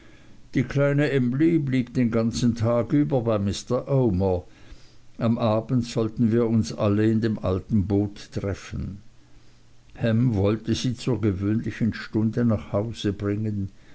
die kleine emly blieb den ganzen tag über bei mr omer am abend sollten wir uns alle in dem alten boot treffen ham wollte sie zur gewöhnlichen stunde nach hause bringen